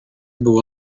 było